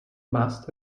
must